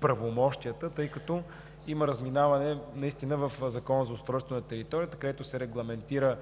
правомощията си, тъй като има разминаване в Закона за устройството на територията, където се регламентира